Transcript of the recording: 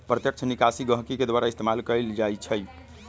प्रत्यक्ष निकासी गहकी के द्वारा इस्तेमाल कएल जाई छई